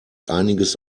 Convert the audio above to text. einiges